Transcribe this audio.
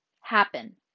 happen